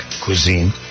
cuisine